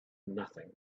nothing